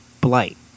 Blight